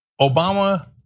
Obama